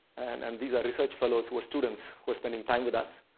and these are research fellows who are students who are spending time with us.